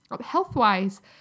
health-wise